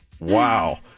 wow